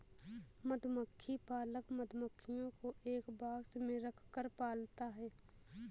मधुमक्खी पालक मधुमक्खियों को एक बॉक्स में रखकर पालता है